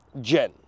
Jen